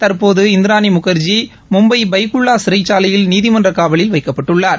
தற்போது இந்திராணி முகாஜி மும்பை பைக்குல்லா சிறைச்சாலையில் நீதிமன்ற காவலில் வைக்கப்பட்டுள்ளார்